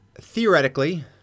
theoretically